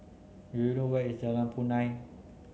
do you know where is Jalan Punai